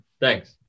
Thanks